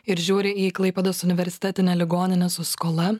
ir žiūri į klaipėdos universitetinę ligoninę su skola